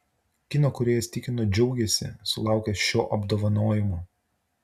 kino kūrėjas tikino džiaugiasi sulaukęs šio apdovanojimo